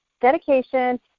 dedication